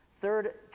Third